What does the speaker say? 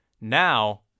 Now